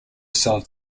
solve